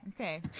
Okay